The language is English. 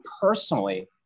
personally